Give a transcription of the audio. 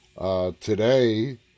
Today